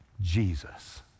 Jesus